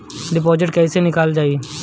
Deposit कैसे निकालल जाइ?